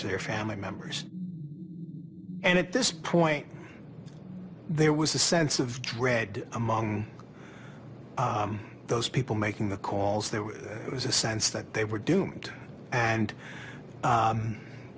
to their family members and at this point there was a sense of dread among those people making the calls they were it was a sense that they were doomed and